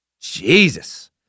Jesus